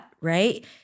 right